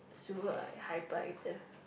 super like hyperactive